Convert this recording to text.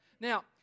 Now